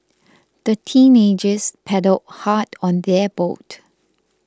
the teenagers paddled hard on their boat